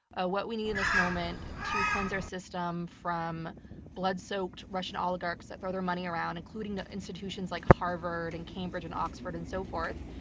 ah what we need in this moment to cleanse our system from blood-soaked russian oligarchs that throw their money around, including to institutions like harvard and cambridge and oxford and so forth,